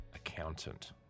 accountant